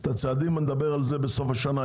על הצעדים נדבר בסוף השנה,